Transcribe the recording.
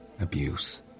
abuse